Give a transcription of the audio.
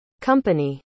company